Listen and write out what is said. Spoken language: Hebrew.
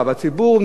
יוצא, ולא קונה.